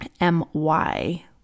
M-Y